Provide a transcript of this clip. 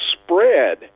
spread